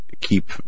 keep